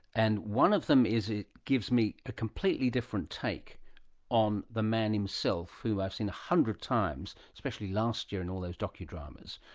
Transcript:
and one of them is it gives me a completely different take on the man himself who i've hundred times, especially last year in all those docudramas,